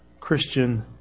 Christian